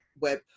web